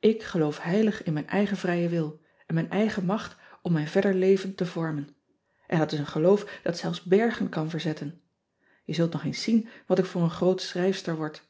k geloof heilig in mijn eigen vrijen wil en mijn eigen macht om mijn verder leven te vormen n dat is een geloof dat zelfs bergen kan verzetten e zult nog eens zien wat ik voor een groot schrijfster word